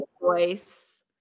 voice